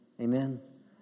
Amen